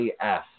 AF